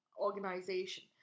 Organization